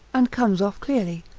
and comes off clearly,